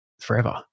forever